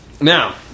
now